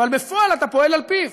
אבל בפועל אתה פועל על-פיו.